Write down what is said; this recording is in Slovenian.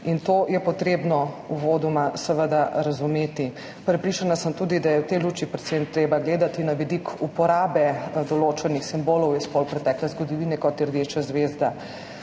To je potrebno uvodoma razumeti. Prepričana sem tudi, da je v tej luči predvsem treba gledati na vidik uporabe določenih simbolov iz polpretekle zgodovine, kot je rdeča zvezda.